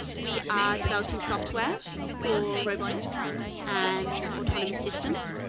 we are developing software for robotics and autonomous systems.